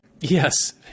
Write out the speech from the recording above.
Yes